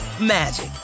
magic